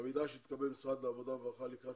מהמידע שהתקבל ממשרד העבודה והרווחה לקראת